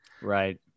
Right